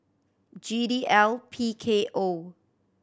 G D L P K O